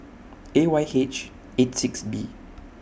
A Y H eight six B